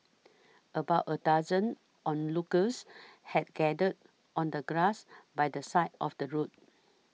about a dozen onlookers had gathered on the grass by the side of the road